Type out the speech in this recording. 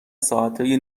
ساعتای